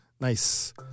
Nice